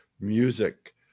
music